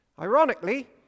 Ironically